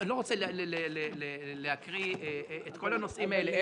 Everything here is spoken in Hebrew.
ואני לא רוצה להקריא את כל הנושאים האלה.